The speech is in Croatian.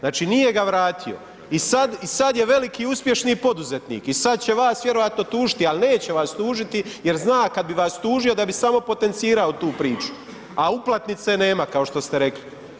Znači nije ga vratio i sad, i sad je veliki uspješni poduzetnik i sad će vas vjerojatno tužiti, ali neće vas tužiti jer zna kada bi vas tužio da bi samo potencirao tu priču, a uplatnice nema kao što ste rekli.